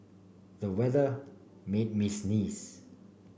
the weather made me sneeze